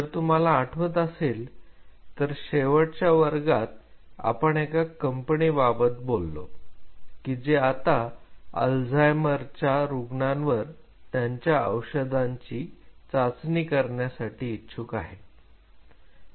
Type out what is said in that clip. जर तुम्हाला आठवत असेल तर शेवटच्या वर्गात आपण एका कंपनीबाबत बोललो कि जी आता अल्जाइमरचा रुग्णांवर त्यांच्या औषधांची चाचणी करण्यासाठी इच्छुक आहे